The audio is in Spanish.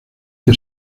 que